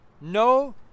No